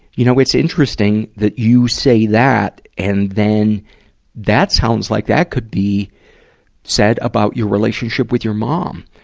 you know, it's interesting that you say that, and then that sounds like that could be said about your relationship with your mom.